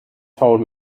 told